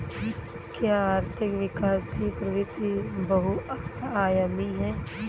क्या आर्थिक विकास की प्रवृति बहुआयामी है?